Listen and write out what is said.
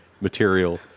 material